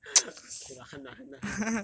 okay lah !hanna! !hanna! !hanna!